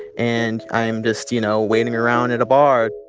and i'm just, you know, waiting around at a bar